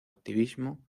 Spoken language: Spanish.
activismo